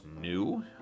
new